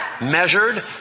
measured